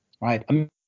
Right